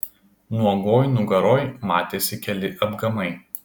nuogoj nugaroj matėsi keli apgamai